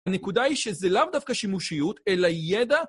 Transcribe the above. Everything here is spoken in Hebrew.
הנקודה היא שזה לאו דווקא שימושיות, אלא ידע.